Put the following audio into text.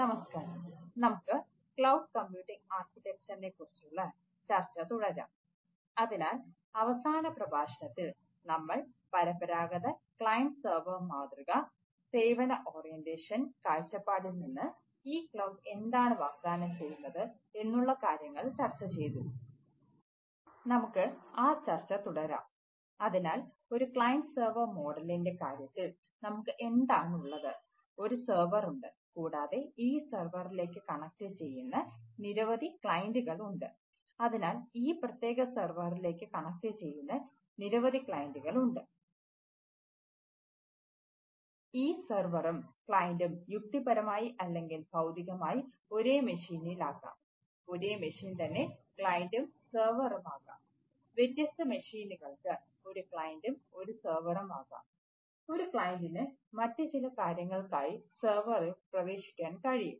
നമസ്കാരം നമുക്ക് cloud computing ആർക്കിടെക്ചറിനെ പ്രവേശിക്കാൻ കഴിയും